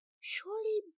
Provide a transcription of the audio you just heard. Surely